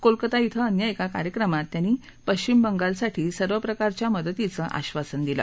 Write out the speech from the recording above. कोलकाता इं अन्य एका कार्यक्रमात त्यांनी पश्चिम बंगालसाठी सर्व प्रकारच्या मदतीचं आश्वासन दिलं